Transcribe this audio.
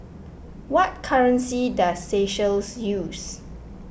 what currency does Seychelles use